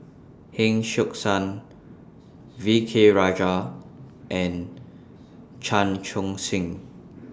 Heng Siok San V K Rajah and Chan Chun Sing